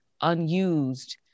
unused